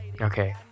Okay